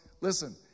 listen